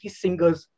singer's